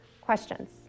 Questions